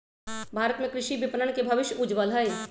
भारत में कृषि विपणन के भविष्य उज्ज्वल हई